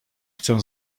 chcę